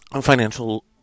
financial